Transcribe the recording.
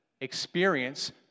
experience